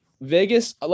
Vegas